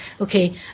Okay